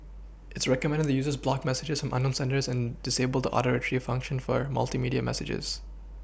its recommended that users block messages from unknown senders and disable the Auto Retrieve function for a multimedia messages